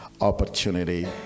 opportunity